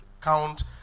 count